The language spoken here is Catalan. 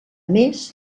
més